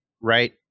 right